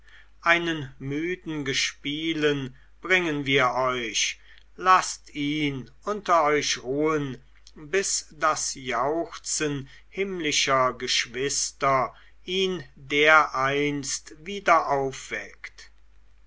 einen müden gespielen bringen wir euch laßt ihn unter euch ruhen bis das jauchzen himmlischer geschwister ihn dereinst wieder aufweckt